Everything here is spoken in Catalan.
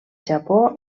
japó